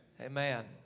Amen